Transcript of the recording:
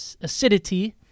acidity